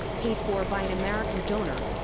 paid for by an american donor,